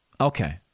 Okay